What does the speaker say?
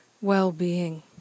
well-being